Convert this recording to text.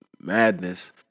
madness